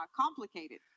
complicated